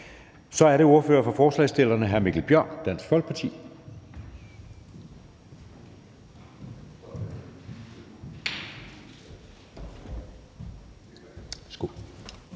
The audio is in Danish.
Så er det ordføreren for forslagsstillerne, hr. Mikkel Bjørn, Dansk Folkeparti.